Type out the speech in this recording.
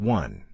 one